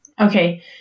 okay